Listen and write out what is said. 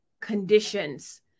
conditions